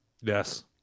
Yes